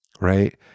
right